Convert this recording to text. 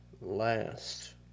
last